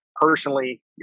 personally